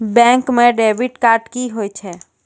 Bank म debit card की होय छै?